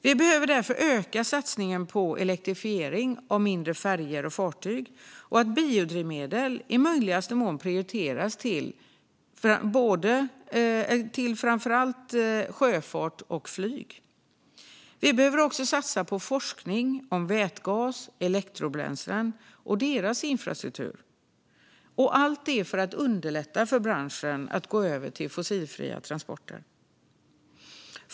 Vi behöver därför öka satsningen på elektrifiering av mindre färjor och fartyg och i möjligaste mån prioritera biodrivmedel till framför allt sjöfart och flyg. Vi behöver också satsa på forskning om vätgas och elektrobränslen och deras infrastruktur, allt för att underlätta branschens övergång till fossilfria transporter.